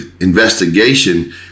investigation